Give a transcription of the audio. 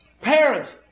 Parents